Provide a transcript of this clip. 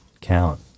count